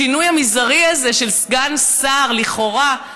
השינוי המזערי הזה של סגן שר לכאורה,